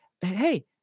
Hey